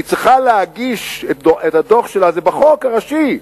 היא צריכה להגיש את הדוח שלה, זה בחוק הראשי,